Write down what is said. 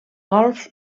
golf